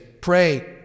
pray